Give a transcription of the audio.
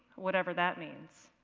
whatever that means.